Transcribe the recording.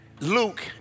Luke